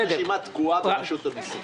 יש רשימה תקועה ברשות המיסים.